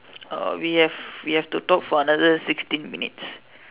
uh we have we have to talk for another sixteen minutes